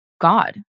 God